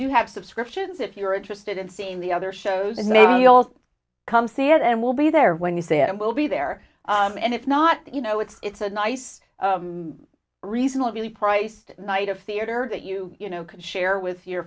do have subscriptions if you're interested in seeing the other shows and maybe you'll come see it and we'll be there when you see it and we'll be there and if not you know it's a nice reasonably priced night of theatre that you you know could share with your